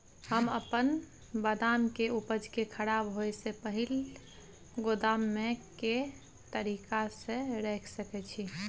हम अपन बदाम के उपज के खराब होय से पहिल गोदाम में के तरीका से रैख सके छी?